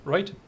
Right